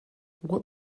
what